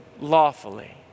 lawfully